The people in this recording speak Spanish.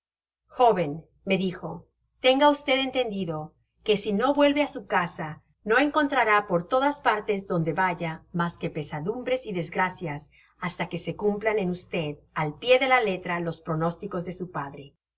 ajóven me dijo tenga v entendido que si no vuelve su casit no encontrará por todas partes donde vaya mas que pesadumbres y desgracias hasta que se cumplan en v al pié de la letra los pronósticos de su padre